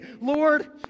Lord